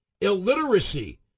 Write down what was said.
illiteracy